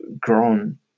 grown